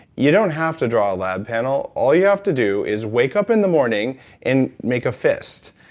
you don't have to draw a lab panel, all you have to do is wake up in the morning and make a fist.